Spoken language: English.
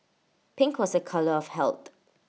pink was A colour of health